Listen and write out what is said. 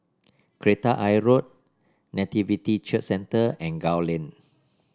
Kreta Ayer Road Nativity Church Centre and Gul Lane